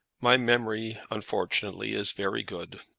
my memory, unfortunately, is very good.